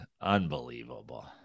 Unbelievable